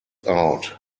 out